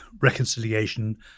reconciliation